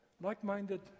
like-minded